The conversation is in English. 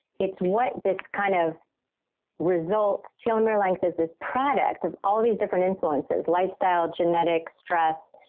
it's what this kind of result. telomere length is this product of all these different influences, lifestyle, genetics, stress,